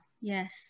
yes